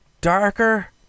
Darker